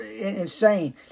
insane